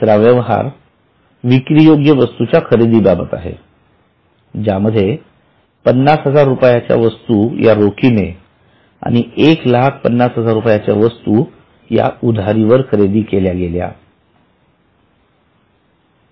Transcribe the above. तिसरा व्यवहार विक्रीयोग्य वस्तूच्या खरेदीबाबत आहे ज्यामध्ये ५०००० रुपयांच्या वस्तू या रोखीने आणि १५०००० वस्तू उधारीवर खरेदी केल्या गेल्या